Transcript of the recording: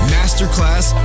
Masterclass